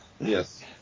Yes